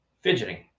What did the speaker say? fidgeting